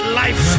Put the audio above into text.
life